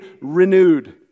renewed